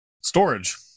storage